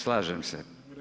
Slažem se.